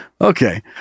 Okay